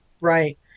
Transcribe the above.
right